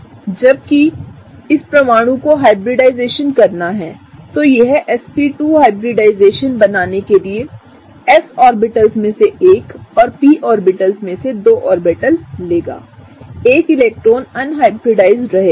इसलिए जब इस परमाणु को हाइब्रिडाइजेशन करना है तो यह sp2 हाइब्रिडाइजेशन बनाने के लिए s ऑर्बिटल में से एक और p में से दो ऑर्बिटल लेगा 1 इलेक्ट्रॉन अनहाइब्रिडाइज्ड रहेगा